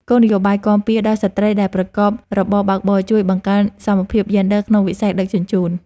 គោលនយោបាយគាំទ្រដល់ស្ត្រីដែលប្រកបរបរបើកបរជួយបង្កើនសមភាពយេនឌ័រក្នុងវិស័យដឹកជញ្ជូន។